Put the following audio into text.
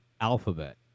Alphabet